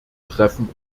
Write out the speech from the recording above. treffen